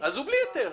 אז הוא בלי היתר.